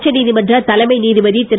உச்சநீதிமன்ற தலைமை நீதிபதி திரு